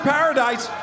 Paradise